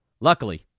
Luckily